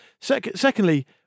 Secondly